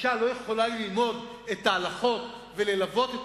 אשה לא יכולה ללמוד את ההלכות וללוות את